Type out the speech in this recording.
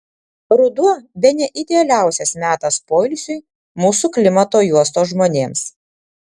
ruduo bene idealiausias metas poilsiui mūsų klimato juostos žmonėms